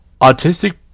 autistic